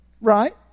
Right